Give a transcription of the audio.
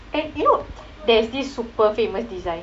and you know there's this super famous design